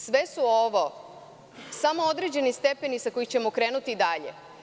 Sve su ovo samo određeni stepeni sa kojih ćemo krenuti dalje.